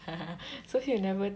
so you never